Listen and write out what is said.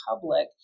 public